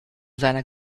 seiner